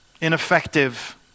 ineffective